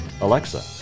Alexa